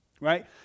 Right